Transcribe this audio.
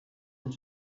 want